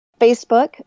Facebook